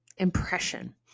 impression